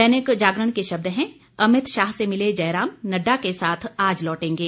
दैनिक जागरण के शब्द हैं अमित शाह से मिले जयराम नड्डा के साथ आज लौटेंगे